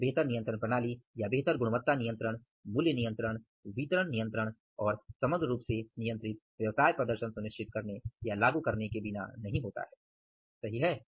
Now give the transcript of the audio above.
और यह बेहतर नियंत्रण प्रणाली या बेहतर गुणवत्ता नियंत्रण मूल्य नियंत्रण वितरण नियंत्रण और समग्र रूप से नियंत्रित व्यवसाय प्रदर्शन सुनिश्चित करने या लागू करने के बिना नहीं होता है सही है